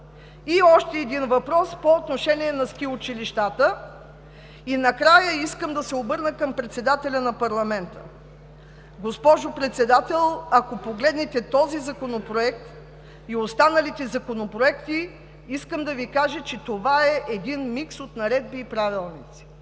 и още един въпрос по отношение на ски училищата. Накрая, искам да се обърна към председателя на парламента. Госпожо Председател, ако погледнете този законопроект и останалите законопроекти, искам да Ви кажа, че това е един микс от наредби и правилници.